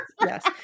Yes